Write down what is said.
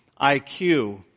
IQ